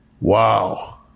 wow